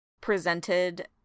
presented